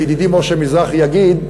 וידידי משה מזרחי יגיד,